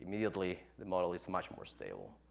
immediately, the model is much more stable.